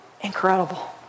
Incredible